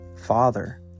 Father